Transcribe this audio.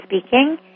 speaking